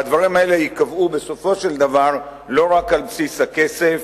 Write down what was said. והדברים האלה ייקבעו בסופו של דבר לא רק על בסיס הכסף